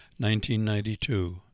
1992